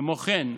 כמו כן,